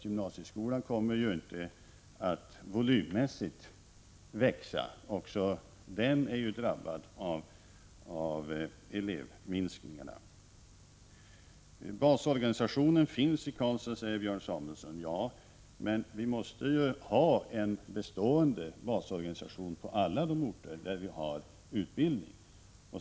Gymnasieskolan kommer ju inte att volymmässigt växa. Även den är ju drabbad av elevminskningarna. Basorganisationen finns i Karlstad, säger Björn Samuelson. Ja, men vi måste ha en bestående basorganisation på alla de orter där vi har utbildning.